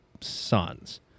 sons